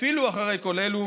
אפילו אחרי כל אלו,